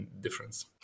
difference